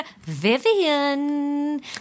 Vivian